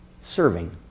serving